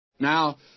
Now